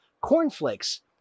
cornflakes